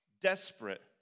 desperate